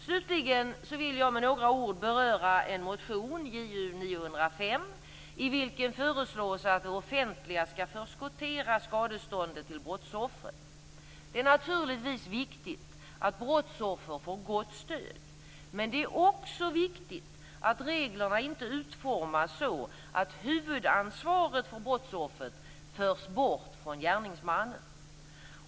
Slutligen vill jag med några ord beröra en motion, Ju905, i vilken föreslås att det offentliga skall förskottera skadeståndet till brottsoffret. Det är naturligtvis viktigt att brottsoffer får gott stöd, men det är också viktigt att reglerna inte utformas så att huvudansvaret för brottsoffret förs bort från gärningsmannen.